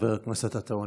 חבר הכנסת עטאונה,